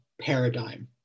paradigm